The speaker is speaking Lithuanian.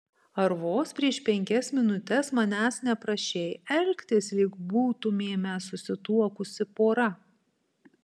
ar vos prieš penkias minutes manęs neprašei elgtis lyg būtumėme susituokusi pora